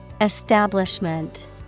Establishment